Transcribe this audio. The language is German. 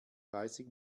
dreißig